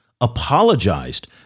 apologized